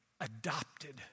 adopted